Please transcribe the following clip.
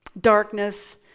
darkness